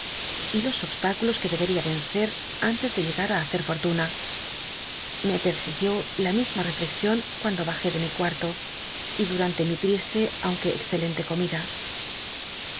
y los obslticulos que dcbcia encer antes de llegar í hacer fortuna me persiguió la misma retlcxion cuando bajé de mi cuarto y durante mi triste aunque excelente comida